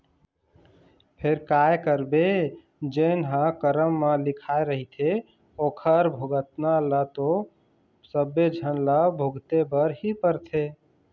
फेर काय करबे जेन ह करम म लिखाय रहिथे ओखर भुगतना ल तो सबे झन ल भुगते बर ही परथे